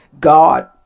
God